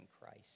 Christ